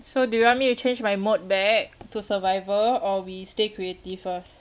so do you want me to change my mode back to survivor or we stay creative first